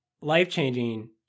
life-changing